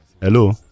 Hello